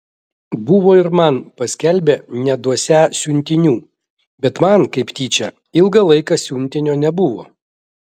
buvo ir man paskelbę neduosią siuntinių bet man kaip tyčia ilgą laiką siuntinio nebuvo